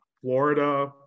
Florida